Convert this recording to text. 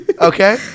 Okay